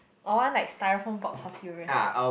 I want like styrofoam box of durians